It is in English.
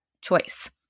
choice